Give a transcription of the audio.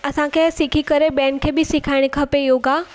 असांखे सिखी करे ॿियनि खे बि सेखारिणी खपे योगा